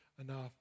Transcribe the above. enough